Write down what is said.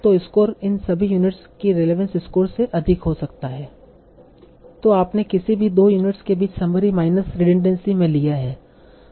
तो स्कोर इन सभी यूनिट्स की रेलेवंस स्कोर से अधिक हो सकता है जो आपने किसी भी 2 यूनिट्स के बीच समरी माइनस रिडनड़ेंसी में लिया है